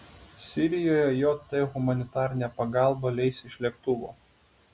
sirijoje jt humanitarinę pagalbą leis iš lėktuvo